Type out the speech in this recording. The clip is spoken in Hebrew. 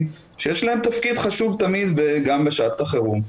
שיש להם תפקיד חשוב תמיד וגם בשעת החירום.